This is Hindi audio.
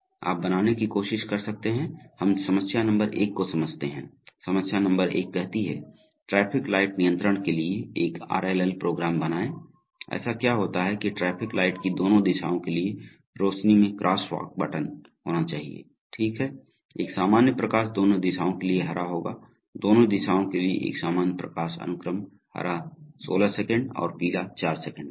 आप बनाने की कोशिश कर सकते हैं हम समस्या नंबर एक को समझते हैं समस्या नंबर एक कहती है ट्रैफ़िक लाइट नियंत्रण के लिए एक RLL प्रोग्राम बनाएं ऐसा क्या होता है कि ट्रैफ़िक लाइट की दोनों दिशाओं के लिए रोशनी में क्रॉसवॉक बटन होना चाहिए ठीक है एक सामान्य प्रकाश दोनों दिशाओं के लिए हरा होगा दोनों दिशाओं के लिए एक सामान्य प्रकाश अनुक्रम हरा 16 सेकंड और पीला 4 सेकंड होगा